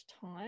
time